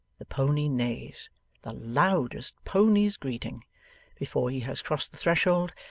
the pony neighs the loudest pony's greeting before he has crossed the threshold,